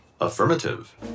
Affirmative